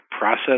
process